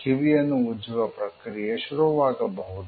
ಕಿವಿಯನ್ನು ಉಜ್ಜುವ ಪ್ರಕ್ರಿಯೆ ಶುರುವಾಗಬಹುದು